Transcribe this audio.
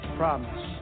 promise